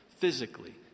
Physically